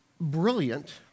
brilliant